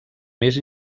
més